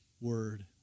word